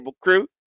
crew